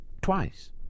twice